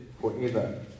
forever